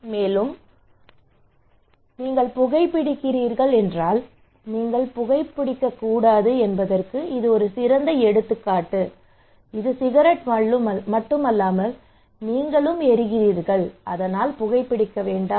மேலும் நீங்கள் புகைபிடிக்கிறீர்கள் என்றால் நீங்கள் புகைபிடிக்கக் கூடாது என்பதற்கு இது ஒரு சிறந்த எடுத்துக்காட்டு இது சிகரெட் மட்டுமல்ல நீங்களே எரிக்கிறீர்கள் அதனால் புகைபிடிக்க வேண்டாம்